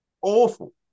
awful